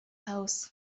house